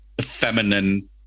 feminine